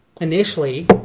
Initially